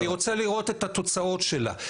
אני רוצה לראות את התוצאות שלה.